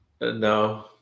No